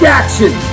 action